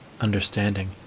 Understanding